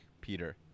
Peter